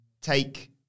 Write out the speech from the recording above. take